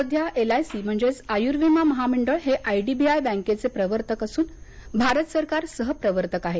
सध्या L I C म्हणजेच आयुर्विमा महामंडळ हे आयडीबीआय बँकेचे प्रवर्तक असून भारत सरकार सहप्रवर्तक आहे